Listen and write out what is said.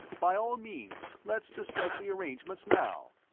by all means, let's discuss the arrangements now.